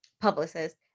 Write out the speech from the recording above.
publicist